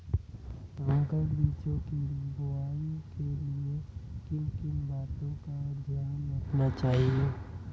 संकर बीजों की बुआई के लिए किन किन बातों का ध्यान रखना चाहिए?